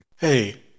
Hey